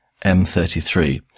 M33